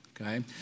okay